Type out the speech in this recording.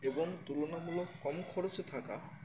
এবং তুলনামূলক কম খরচে থাকা